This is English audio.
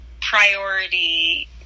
priority